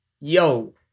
Yo